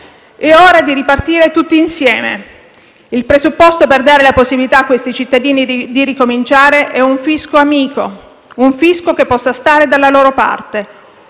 È ora di ripartire tutti insieme. Il presupposto per dare la possibilità a questi cittadini di ricominciare è un fisco amico, un fisco che possa stare dalla loro parte,